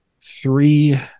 three